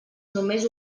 només